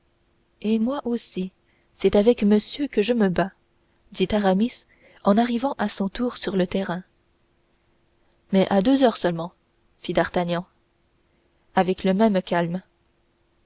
et moi aussi c'est avec monsieur que je me bats dit aramis en arrivant à son tour sur le terrain mais à deux heures seulement fit d'artagnan avec le même calme